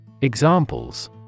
Examples